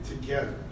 together